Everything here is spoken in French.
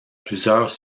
plusieurs